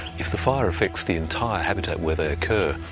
if the fire affects the entire habitat where they occur,